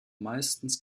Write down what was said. meistens